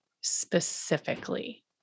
specifically